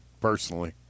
personally